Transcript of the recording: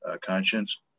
conscience